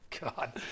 God